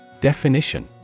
Definition